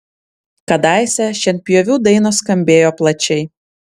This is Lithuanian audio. kadaise šienpjovių dainos skambėjo plačiai